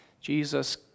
Jesus